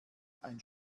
ein